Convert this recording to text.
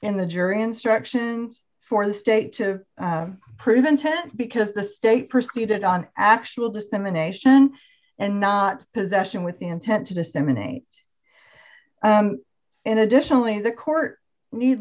in the jury instructions for the state to prevent tent because the state proceeded on actual dissemination and not possession with intent to disseminate and additionally the court need